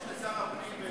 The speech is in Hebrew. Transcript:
יש לשר הפנים אפשרות,